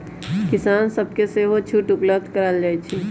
किसान सभके सेहो छुट उपलब्ध करायल जाइ छइ